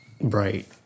Right